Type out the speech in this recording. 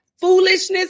foolishness